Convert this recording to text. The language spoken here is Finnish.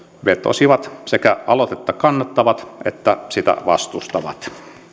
vetosivat sekä aloitetta kannattavat että sitä vastustavat